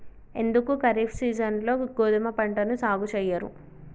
ఎందుకు ఖరీఫ్ సీజన్లో గోధుమ పంటను సాగు చెయ్యరు?